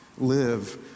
live